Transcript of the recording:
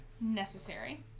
necessary